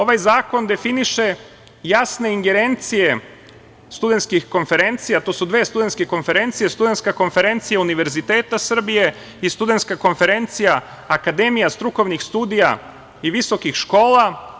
Ovaj zakon definiše jasne ingerencije studentskih konferencija, to su dve studentske konferencije - Studentska konferencija Univerziteta Srbije i Studentska konferencija akademija strukovnih studija i visokih škola.